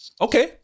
okay